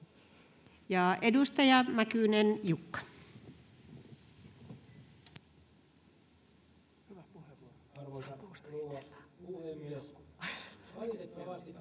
edustaja Mäkynen, Jukka.